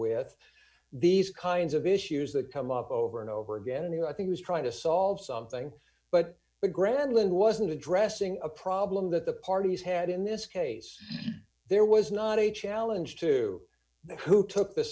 with d these kinds of issues that come up over d and over again and you know i think was trying to solve something but the grantland wasn't addressing a problem that the parties had in this case there was not a challenge to that who took the